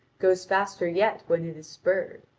goes faster yet when it is spurred.